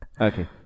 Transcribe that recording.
Okay